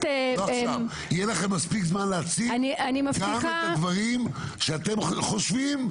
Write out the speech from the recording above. יהיה להם מספיק זמן להציג גם את הדברים שאתם חושבים,